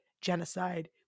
genocide